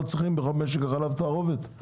במשק החלב לא צריך תערובת?